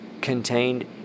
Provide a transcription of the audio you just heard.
contained